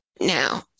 Now